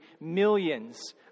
millions